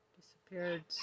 Disappeared